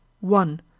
one